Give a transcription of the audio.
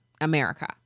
America